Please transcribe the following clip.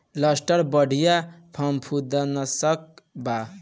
Luster बढ़िया फंफूदनाशक बा